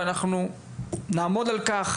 ואנחנו נעמוד על כך.